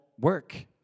work